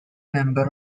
member